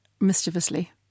mischievously